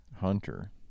hunter